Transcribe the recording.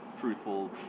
truthful